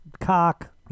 cock